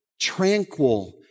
tranquil